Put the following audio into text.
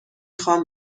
خوام